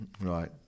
right